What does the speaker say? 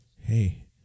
hey